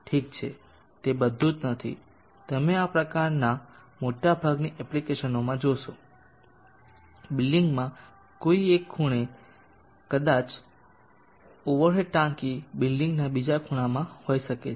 ઠીક છે તે બધુ જ નથી તમે આ પ્રકારની મોટાભાગની એપ્લિકેશનોમાં જોશો બિલ્ડિંગના કોઈ એક ખૂણામાં કદાચ ઓવર હેડ ટાંકી બિલ્ડિંગના બીજા ખૂણામાં હોઈ શકે છે